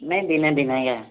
नेईं दिनें दिनें गै